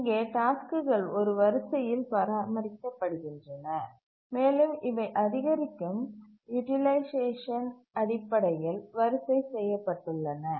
இங்கே டாஸ்க்குகள் ஒரு வரிசையில் பராமரிக்கப்படுகின்றன மேலும் இவை அதிகரிக்கும் யூட்டிலைசேஷன் அடிப்படையில் வரிசை செய்யப்பட்டுள்ளன